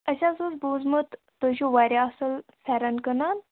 اَسہِ حظ اوس بوٗزُت تُہۍ چھُو واریاہ اَصٕل فٮ۪رَن کٕنان